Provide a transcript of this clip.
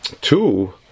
Two